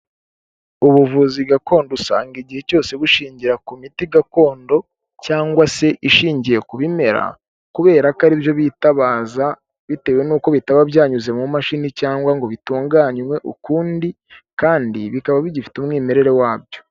Ubuvuzi gakondo usanga igihe cyose bushingira ku miti gakondo cyangwa se ishingiye ku bimera kubera ko ari byo bitabaza, bitewe n'uko bitaba byanyuze mu mashini cyangwa ngo bitunganywe ukundi kandi bikaba bigifite umwimerere wabyo.